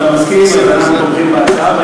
אם אתה מסכים אנחנו תומכים בהצעה,